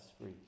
free